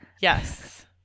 yes